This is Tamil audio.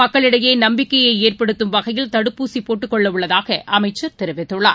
மக்களிடையேநம்பிக்கைஏற்படுத்தும் வகையில் தடுப்பூசிபோட்டுக் கொள்ளவுள்ளதாகஅமைச்சர் தெரிவித்துள்ளார்